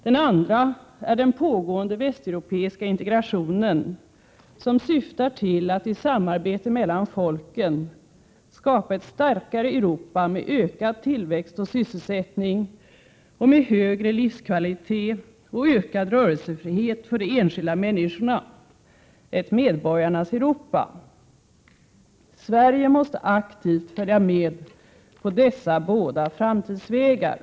Den andra är den pågående västeuropeiska integrationen, som syftar till att i samarbete mellan folken skapa ett starkare Europa med ökad tillväxt och sysselsättning och med högre livskvalitet och ökad rörelsefrihet för de enskilda människorna — ett medborgarnas Europa. Sverige måste aktivt följa med på dessa båda framtidsvägar.